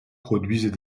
produisent